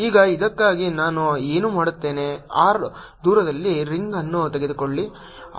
ಈಗ ಇದಕ್ಕಾಗಿ ನಾನು ಏನು ಮಾಡುತ್ತೇನೆ R ದೂರದಲ್ಲಿ ರಿಂಗ್ಅನ್ನು ತೆಗೆದುಕೊಳ್ಳಿ